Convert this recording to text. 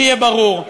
שיהיה ברור,